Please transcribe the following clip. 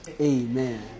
Amen